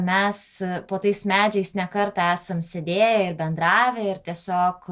mes po tais medžiais ne kartą esam sėdėję ir bendravę ir tiesiog